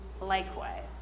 likewise